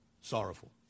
Sorrowful